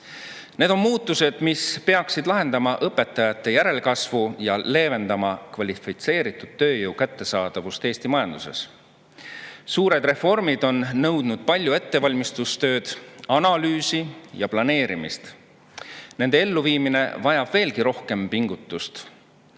Need on muutused, mis peaksid lahendama õpetajate järelkasvu [mure] ja [parandama] kvalifitseeritud tööjõu kättesaadavust Eesti majanduses. Suured reformid on nõudnud palju ettevalmistustööd, analüüsi ja planeerimist. Nende elluviimine vajab veelgi rohkem pingutust,